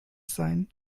sein